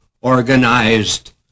organized